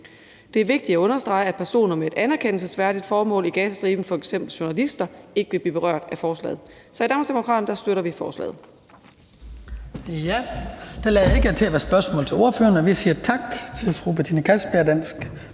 Det er vigtigt at understrege, at personer med et anerkendelsesværdigt formål i Gazastriben, f.eks. journalister, ikke vil blive berørt af forslaget. Så i Danmarksdemokraterne støtter vi forslaget.